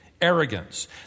Arrogance